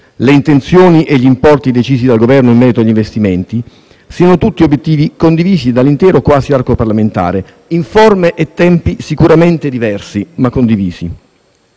le intenzioni e gli importi decisi dal Governo in merito agli investimenti siano tutti obiettivi condivisi dal quasi intero arco parlamentare, in forme e tempi sicuramente diversi ma condivisi.